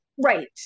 right